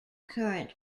current